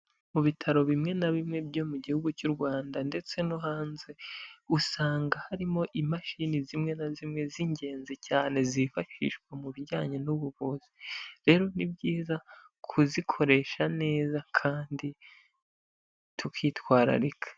Mu bitaro bimwe na bimwe byo mu gihugu cy'u Rwanda ndetse no hanze usanga harimo imashini zimwe na zimwe z'ingenzi cyane zifashishwa mu bijyanye n'ubuvuzi rero ni byiza kuzikoresha neza kandi tukitwararika.